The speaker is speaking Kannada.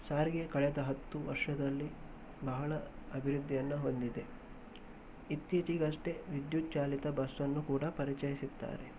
ಸಾರಿಗೆ ಕಳೆದ ಹತ್ತು ವರ್ಷದಲ್ಲಿ ಬಹಳ ಅಭಿವೃದ್ಧಿಯನ್ನ ಹೊಂದಿದೆ ಇತ್ತೀಚೆಗಷ್ಟೇ ವಿದ್ಯುತ್ ಚಾಲಿತ ಬಸ್ಸನ್ನು ಕೂಡ ಪರಿಚಯಿಸಿದ್ದಾರೆ